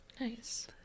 Nice